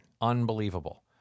Unbelievable